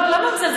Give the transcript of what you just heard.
לא, למה מזלזל?